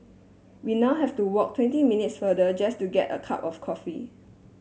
we now have to walk twenty minutes farther just to get a cup of coffee